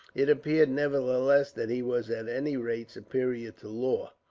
it appeared, nevertheless, that he was at any rate superior to law.